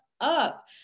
up